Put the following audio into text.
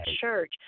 church